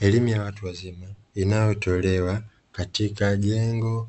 Elimu ya watu wazima inayotolewa katika jengo